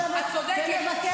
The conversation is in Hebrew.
את צודקת,